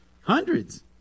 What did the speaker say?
Hundreds